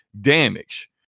damage